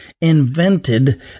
invented